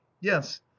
yes